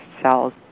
cells